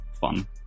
fun